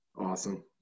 Awesome